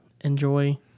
enjoy